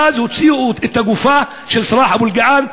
הוציאו את הגופה של סלאח אבו אלקיעאן,